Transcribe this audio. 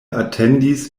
atendis